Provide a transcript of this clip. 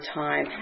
time